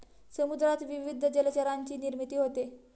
समुद्रात विविध जलचरांची निर्मिती होते